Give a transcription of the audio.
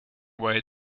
way